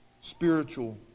spiritual